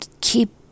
keep